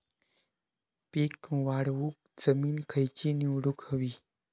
पीक वाढवूक जमीन खैची निवडुक हवी?